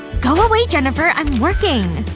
go away, jennifer. i'm working